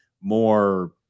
more